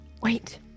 Wait